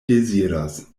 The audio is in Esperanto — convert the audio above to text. deziras